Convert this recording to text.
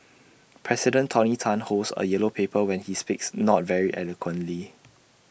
president tony Tan holds A yellow paper when he speaks not very eloquently